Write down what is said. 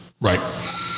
Right